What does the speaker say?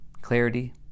clarity